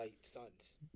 Suns